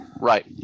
right